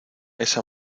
esa